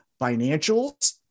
financials